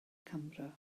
camera